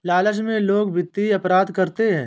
लालच में लोग वित्तीय अपराध करते हैं